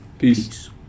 Peace